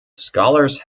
scholars